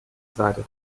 seite